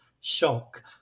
shock